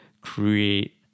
create